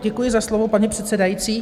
Děkuji za slovo, paní předsedající.